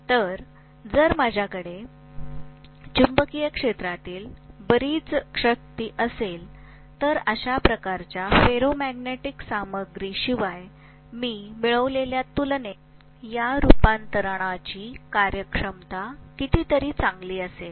तर जर माझ्याकडे चुंबकीय क्षेत्रातील बरीच शक्ती असेल तर अशा प्रकारच्या फेरोमॅग्नेटिक सामग्रीशिवाय मी मिळवलेल्या तुलनेत या रूपांतरणाची कार्यक्षमता कितीतरी चांगली असेल